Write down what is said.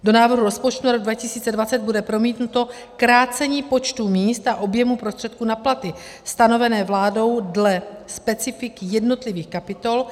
Do návrhu rozpočtu na rok 2020 bude promítnuto krácení počtu míst a objemu prostředků na platy stanovené vládou dle specifik jednotlivých kapitol.